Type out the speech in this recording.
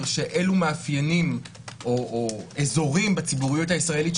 שאלו מאפיינים או אזורים בציבוריות הישראלית,